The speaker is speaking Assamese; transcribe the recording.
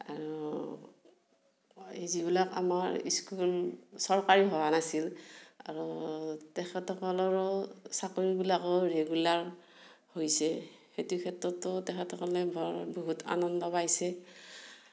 আৰু এই যিবিলাক আমাৰ স্কুল চৰকাৰী হোৱা নাছিল আৰু তেখেতসকলৰো চাকৰিবিলাকো ৰেগুলাৰ হৈছে সেইটো ক্ষেত্ৰতো তেখেতসকলে বৰ বহুত আনন্দ পাইছে